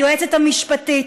היועצת המשפטית,